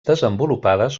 desenvolupades